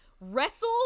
wrestle